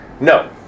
No